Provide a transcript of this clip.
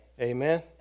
Amen